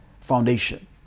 foundation